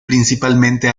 principalmente